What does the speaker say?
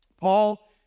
Paul